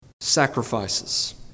sacrifices